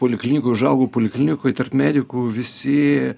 poliklinikoj užaugau poliklinikoj tarp medikų visi